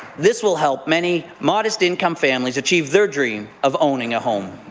this will help many modest income families achieve their dream of owning a home.